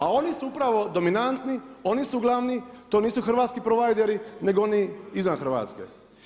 A oni su upravo dominanti, oni su glavni, to nisu hrvatski provajderi, nego oni izvan Hrvatske.